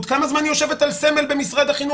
כמה זמן היא יושבת על סמל במשרד החינוך?